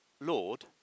Lord